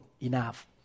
enough